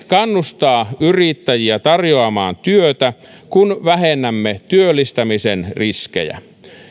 kannustaa yrittäjiä tarjoamaan työtä kun vähennämme työllistämisen riskejä